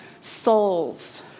souls